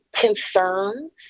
concerns